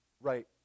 Right